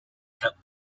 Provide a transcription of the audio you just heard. help